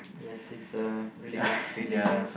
yes it's a really bad feeling ya